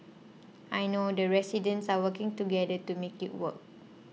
I know the residents are working together to make it work